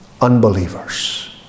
unbelievers